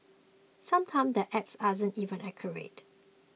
sometimes the apps aren't even accurate